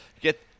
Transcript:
get